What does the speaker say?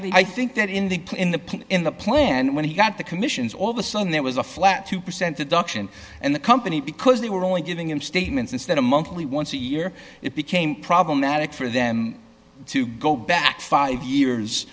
think that in the in the in the plan when he got the commissions all of a sudden there was a flat two percent reduction and the company because they were only giving him statements instead of monthly once a year it became problematic for them to go back five years